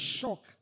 shock